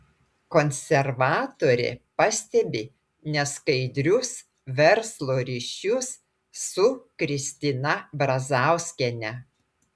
konservatorė pastebi neskaidrius verslo ryšius su kristina brazauskiene